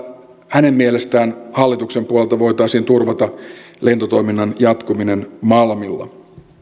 hänen mielestään hallituksen puolelta voitaisiin turvata lentotoiminnan jatkuminen malmilla